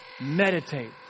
meditate